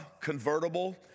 convertible